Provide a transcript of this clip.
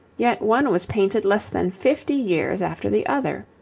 yet one was painted less than fifty years after the other.